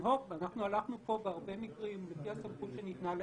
הלכנו פה בהרבה מקרים לפי הסמכות שניתנה ל-FDA.